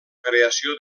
creació